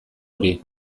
hori